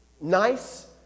nice